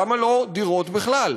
למה לא דירות בכלל?